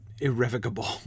irrevocable